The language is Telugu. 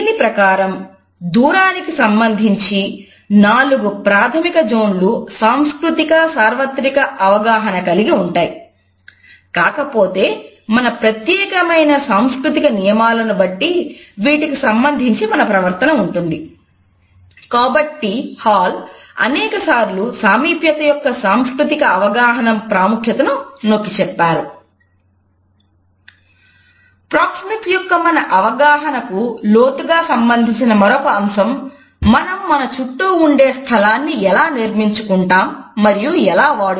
దీని ప్రకారం దూరానికి సంబంధించిన 4 ప్రాథమిక జోన్లు సాంస్కృతిక సార్వత్రిక అవగాహన యొక్క సాంస్కృతిక అవగాహన ప్రాముఖ్యతను నొక్కి చెప్పారు